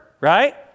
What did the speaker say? right